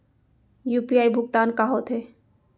UPI भुगतान का होथे?